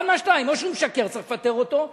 אחד מהשניים: או שהוא משקר וצריך לפטר אותו,